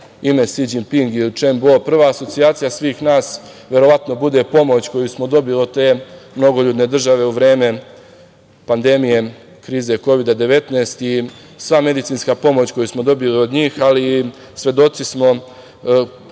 ime Si Đinping ili Čen Bo, prva asocijacija svih nas verovatno bude pomoć, jer smo dobili od te mnogoljudne države u vreme pandemije krize Kovida 19 i sva medicinska pomoć koju smo dobili od njih, ali svedoci smo